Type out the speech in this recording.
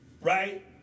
right